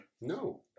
no